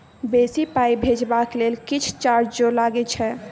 बेसी पाई भेजबाक लेल किछ चार्जो लागे छै?